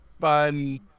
fun